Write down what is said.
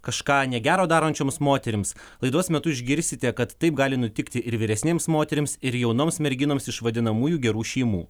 kažką negero darančioms moterims laidos metu išgirsite kad taip gali nutikti ir vyresnėms moterims ir jaunoms merginoms iš vadinamųjų gerų šeimų